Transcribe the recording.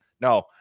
No